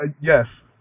yes